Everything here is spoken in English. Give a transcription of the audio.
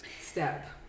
step